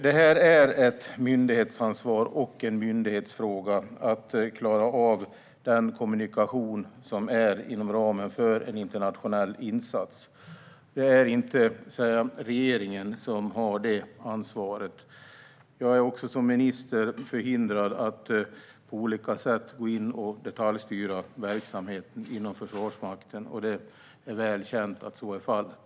Det är ett myndighetsansvar och en myndighetsfråga att klara av den kommunikation som sker inom ramen för en internationell insats. Det är inte regeringen som har detta ansvar. Jag är också som minister förhindrad att på olika sätt gå in och detaljstyra verksamheten inom Försvarsmakten, och det är väl känt att så är fallet.